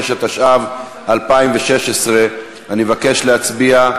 85), התשע"ו 2016. אני מבקש להצביע.